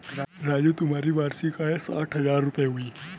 राजू तुम्हारी वार्षिक आय साठ हज़ार रूपय हुई